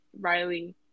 Riley